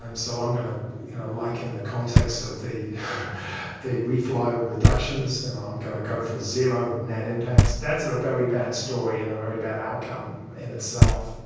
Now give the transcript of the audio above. so i'm going to liken the context of the the reflow reductions and um i'm going to go for zero net impacts, that's a very bad story and a very bad outcome in itself.